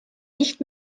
nicht